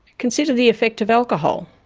consider the effects of alcohol.